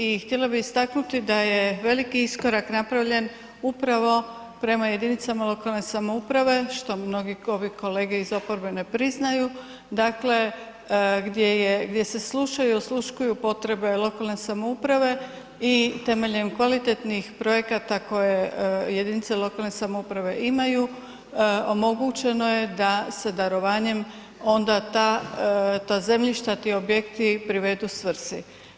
I htjela bih istaknuti da je veliki iskorak napravljen upravo prema jedinicama lokalne samouprave, što mnoge kolege iz oporbe ne priznaju, dakle gdje se slušaju i osluškuju potrebe lokalne samouprave i temeljem kvalitetnih projekata koje jedinice lokalne samouprave imaju omogućeno je da se darovanjem onda ta zemljišta ti objekti privedu svri.